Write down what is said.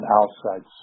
outside